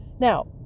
Now